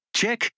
check